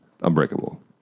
Unbreakable